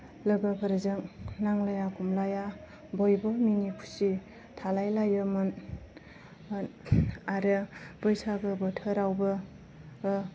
लोगोफोरजों नांलाया खमलाया बयबो मिनि खुसि थालायलायोमोन आरो बैसागो बोथोरावबो